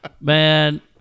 Man